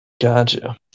gotcha